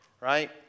right